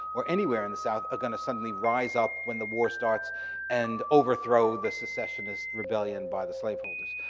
or anywhere in the south, are gonna suddenly rise up when the war starts and overthrow the secessionist rebellion by the slaveholders.